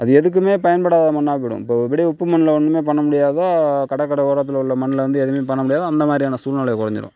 அது எதுக்கும் பயன்படாத மண்ணாக போய்டும் இப்போ உப்பு மண்ணில் எதுவுமே பண்ண முடியாதோ கடல் கரை ஓரத்தில் உள்ள மண்ணில் வந்து எதுவுமே பண்ண முடியாது அந்த மாதிரியானா சூல்நிலைக்கு வந்திரும்